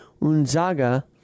Unzaga